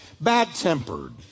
bad-tempered